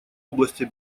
области